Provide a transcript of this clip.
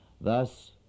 Thus